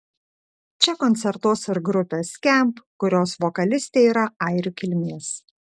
čia koncertuos ir grupė skamp kurios vokalistė yra airių kilmės